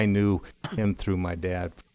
ah knew him through my dad